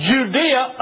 Judea